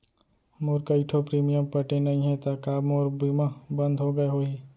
मोर कई ठो प्रीमियम पटे नई हे ता का मोर बीमा बंद हो गए होही?